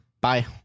Bye